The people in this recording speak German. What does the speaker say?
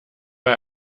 bei